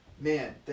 Man